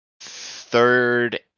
third